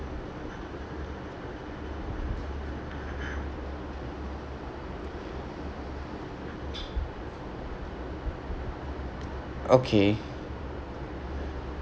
okay